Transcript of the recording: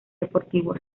deportivo